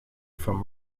from